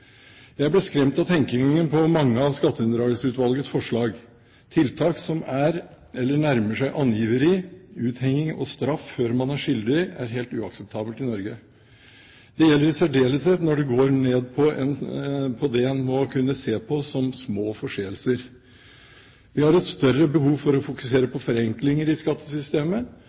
Jeg ble skremt av tenkningen bak mange av Skatteunndragelsesutvalgets forslag. Tiltak som er, eller nærmer seg, angiveri, uthenging og straff før man er skyldig, er helt uakseptable i Norge. Det gjelder i særdeleshet når det går ned på det en må kunne se på som små forseelser. Vi har et større behov for å fokusere på forenklinger i skattesystemet